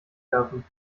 werfen